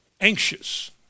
anxious